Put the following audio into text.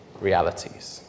realities